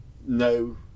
No